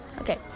okay